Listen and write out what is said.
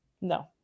No